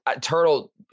Turtle